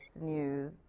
news